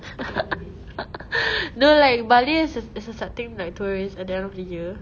no like bali is is accepting like tourists at the end of the year